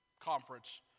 conference